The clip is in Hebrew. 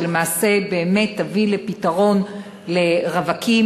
שלמעשה באמת תביא לפתרון לרווקים,